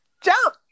jump